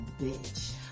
Bitch